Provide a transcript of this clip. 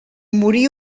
morí